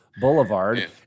Boulevard